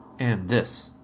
and this.